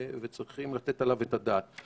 צריכים לתת עליו את הדעת.